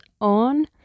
on